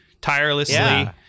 tirelessly